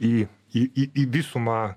į į į į visumą